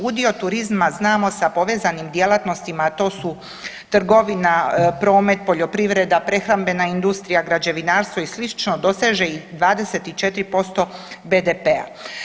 Udio turizma znamo sa povezanim djelatnostima, a to su trgovina, promet, poljoprivreda, prehrambena industrija, građevinarstvo i slično doseže i 24% BDP-a.